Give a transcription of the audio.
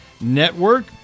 Network